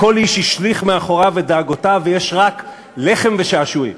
כל איש השליך מאחוריו את דאגותיו ויש רק לחם ושעשועים.